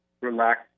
relax